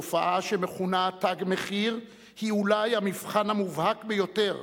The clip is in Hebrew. התופעה שמכונה "תג מחיר" היא אולי המבחן המובהק ביותר